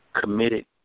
committed